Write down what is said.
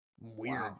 Weird